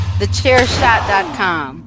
thechairshot.com